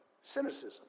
cynicism